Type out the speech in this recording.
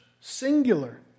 singular